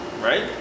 Right